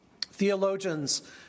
Theologians